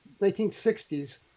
1960s